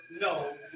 no